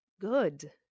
good